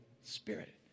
Spirit